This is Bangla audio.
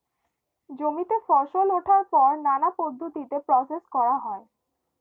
জমিতে ফসল ওঠার পর নানা পদ্ধতিতে প্রসেস করা হয়